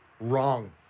wrong